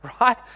right